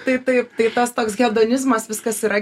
tai taip tai tas toks hedonizmas viskas yra